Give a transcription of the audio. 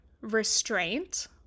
restraint